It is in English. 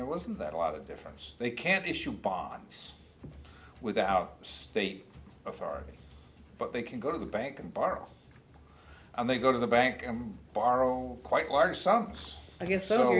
there wasn't that a lot of difference they can issue bonds without state authority but they can go to the bank and borrow and they go to the bank am borrow quite large sums i guess